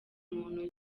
muntu